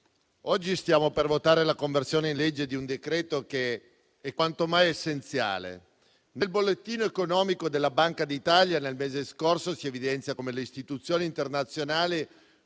oggi stiamo per votare la conversione in legge di un decreto-legge che è quanto mai essenziale. Nel bollettino economico della Banca d'Italia nel mese scorso si evidenzia come le istituzioni internazionali